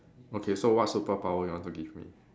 okay so what superpower you want to give me